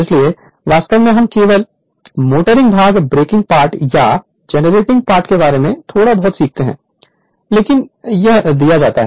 इसलिए वास्तव में हम केवल मोटरिंग भाग ब्रेकिंग पार्ट या जनरेटिंग पार्ट के बारे में थोड़ा बहुत सीखते हैं लेकिन यह दिया जाता है